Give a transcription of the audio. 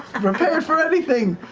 i'm prepared for anything!